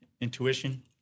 intuition